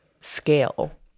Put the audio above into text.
scale